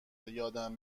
یادم